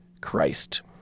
Christ